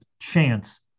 chance